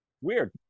Weird